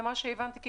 ממה שהבנתי,